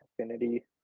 affinity